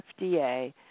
FDA